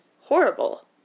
horrible